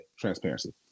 Transparency